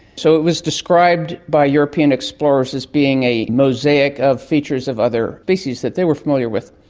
so it was described by european explorers as being a mosaic of features of other species that they were familiar with.